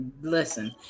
listen